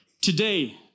Today